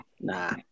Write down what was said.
Nah